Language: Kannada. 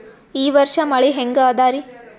ಈ ವರ್ಷ ಮಳಿ ಹೆಂಗ ಅದಾರಿ?